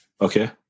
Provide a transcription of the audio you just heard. Okay